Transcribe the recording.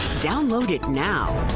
download it now.